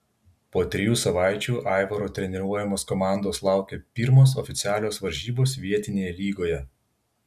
po trijų savaičių aivaro treniruojamos komandos laukė pirmos oficialios varžybos vietinėje lygoje